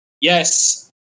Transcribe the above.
yes